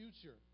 future